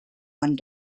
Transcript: one